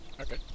Okay